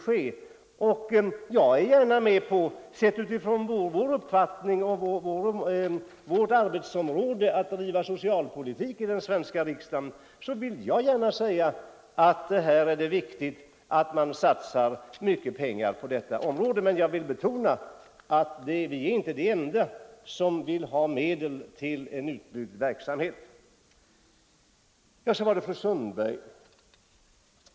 Sett från socialutskottets uppfattning och arbetsområde att föra socialpolitik i den svenska riksdagen vill jag gärna säga att det är viktigt att satsa mycket pengar på barnverksamheten. Men jag vill betona att vi inte representerar det enda utskott som vill ha medel till utbyggd verksamhet.